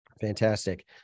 fantastic